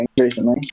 recently